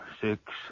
six